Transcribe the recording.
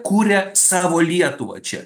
kuria savo lietuvą čia